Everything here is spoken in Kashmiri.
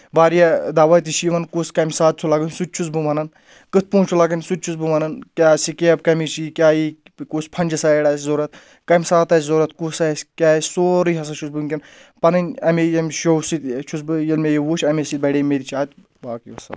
واریاہ دَوا تہِ چھِ یِوان کُس کَمہِ ساتہٕ چھُ لَگٕنۍ سُہ تہِ چھُس بہٕ وَنان کٕتھ پٲٹھۍ چھُ لَگان سُہ تہِ چھُس بہٕ وَنان کیاہ سِکیب کمِچ یہِ کیاہ یہِ کُس فَنجہِ سایڈ آسہِ ضوٚرَتھ کمہِ ساتہٕ آسہِ ضوٚرَتھ کُس آسہِ کیاہ آسہِ سورُے ہَسا چھُس بہٕ وٕنکیٚن پَنٕنۍ امہِ ییٚمہِ شو سۭتۍ چھُس بہٕ ییٚلہِ مےٚ یہِ وٕچھ اَمے سۭتۍ بَڑے مےٚ تہِ چاہَت باقٕے حظ